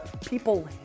people